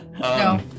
No